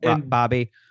Bobby